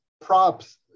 props